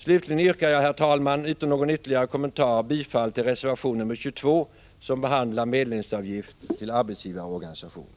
Slutligen, herr talman, yrkar jag utan någon ytterligare kommentar bifall till reservation nr 22, som behandlar medlemsavgift till arbetsgivarorganisation.